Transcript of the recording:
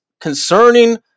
concerning